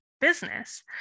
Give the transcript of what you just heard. business